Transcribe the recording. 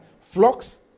Flocks